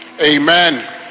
Amen